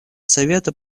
совета